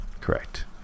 Correct